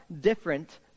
different